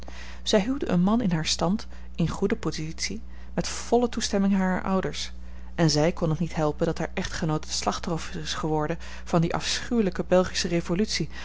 zij huwde een man van haar stand in goede positie met volle toestemming harer ouders en zij kon het niet helpen dat haar echtgenoot het slachtoffer is geworden van die afschuwelijke belgische revolutie